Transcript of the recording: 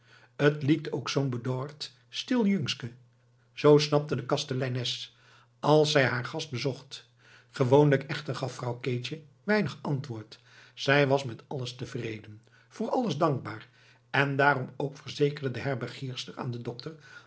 t liekt ook zoo'n bedoard stil jeungske zoo snapte de kasteleines als zij haar gast bezocht gewoonlijk echter gaf vrouw keetje weinig antwoord zij was met alles tevreden voor alles dankbaar en daarom ook verzekerde de herbergierster aan den dokter